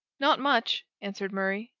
not much, answered murray.